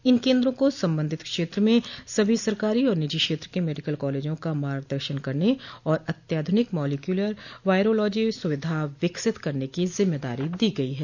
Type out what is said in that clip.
इन केन्द्रों को संबंधित क्षेत्र में सभी सरकारी और निजी क्षेत्र के मेडिकल कॉलेजों का मार्गदर्शन करने और अत्याधुनिक मौलिक्युलर वायरोलॉजी सुविधा विकसित करने की जिम्मेदारी दी गई है